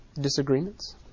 Disagreements